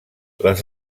les